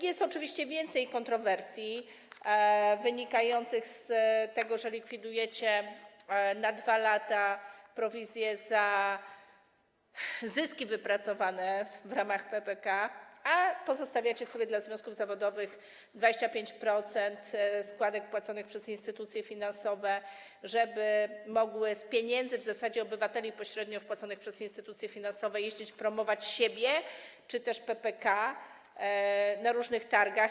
Jest oczywiście więcej kontrowersji wynikających z tego, że likwidujecie na 2 lata prowizję za zyski wypracowane w ramach PPK, a pozostawiacie sobie dla związków zawodowych 25% składek płaconych przez instytucje finansowe, żeby mogły z pieniędzy w zasadzie obywateli pośrednio wpłaconych przez instytucje finansowe jeździć, promować siebie czy też PPK na różnych targach.